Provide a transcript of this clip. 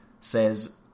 says